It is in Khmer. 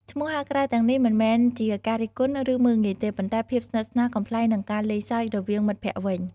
ឈ្មោះហៅក្រៅទាំងនេះមិនមែនជាការរិះគន់ ឬមើលងាយទេ ប៉ុន្តែភាពស្និទ្ធស្នាល កំប្លែង និងការលេងសើចរវាងមិត្តភក្ដិវិញ។